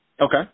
okay